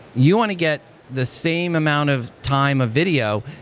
you want to get the same amount of time a video.